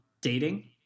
dating